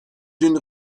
une